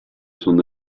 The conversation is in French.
s’en